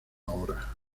hora